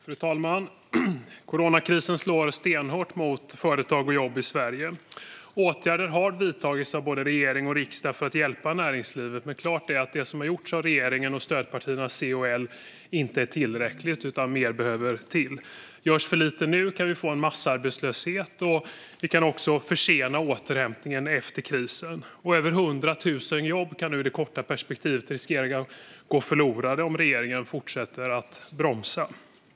Fru talman! Coronakrisen slår stenhårt mot företag och jobb i Sverige. Åtgärder har vidtagits av både regering och riksdag för att hjälpa näringslivet, men klart är att det som har gjorts av regeringen och stödpartierna C och L inte är tillräckligt. Mer behövs. Om det görs för lite nu kan vi få en massarbetslöshet, och vi kan också försena återhämtningen efter krisen. Över 100 000 jobb riskerar i det korta perspektivet att gå förlorade om regeringen fortsätter att bromsa.